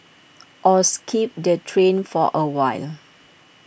or skip the train for awhile